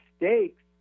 mistakes